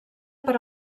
per